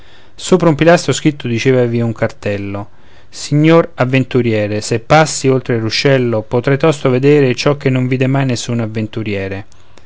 sopra un pilastro scritto diceva ivi un cartello signor avventuriere se passi oltre il ruscello potrai tosto vedere ciò che non vide mai nessun avventuriere